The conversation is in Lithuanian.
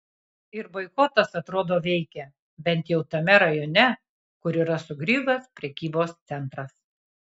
ir boikotas atrodo veikia bent jau tame rajone kur yra sugriuvęs prekybos centras